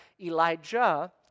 Elijah